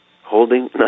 holding